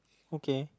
okay